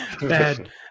Bad